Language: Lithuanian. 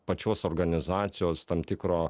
pačios organizacijos tam tikro